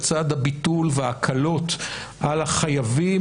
לצד הביטול וההקלות על החייבים,